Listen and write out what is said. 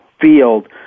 field